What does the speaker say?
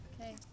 Okay